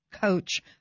coach